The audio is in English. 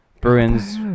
Bruins